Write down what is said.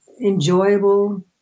enjoyable